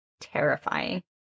terrifying